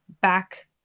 back